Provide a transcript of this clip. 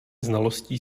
znalostí